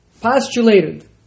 postulated